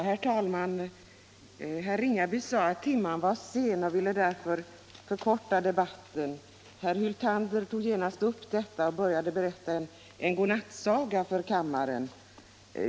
Herr talman! Herr Ringaby sade att timmen var sen och ville därför förkorta debatten. Herr Hyltander tog genast upp det och berättade en godnattsaga för kammaren.